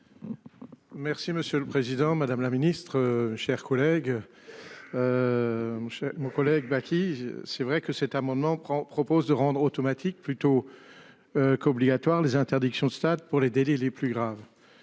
Merci monsieur le président, madame la ministre, chers collègues. Mon chérie, mon collègue là qui. C'est vrai que cet amendement prend propose de rendre automatique plutôt. Qu'obligatoire les interdictions de stade pour les délits les plus graves.